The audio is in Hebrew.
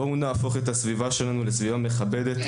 בואו נהפוך את הסביבה שלנו לסביבה מכבדת,